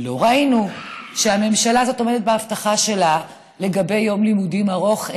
לא ראינו שהממשלה הזאת עומדת בהבטחה שלה לגבי יום לימודים ארוך,